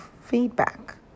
feedback